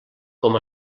com